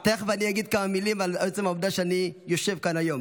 תכף אני אגיד כמה מילים על עצם העובדה שאני יושב כאן היום.